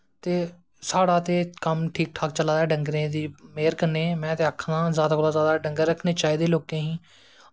ते साढ़ा ते कम्म ठीक ठाक चला दा ऐ डंगरें दी मेह्र कन्नैं में ते आखनां जादा कोला दा जादा डंगर रक्खनें चाही दे लोकें गी